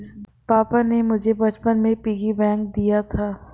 पापा ने मुझे बचपन में पिग्गी बैंक दिया था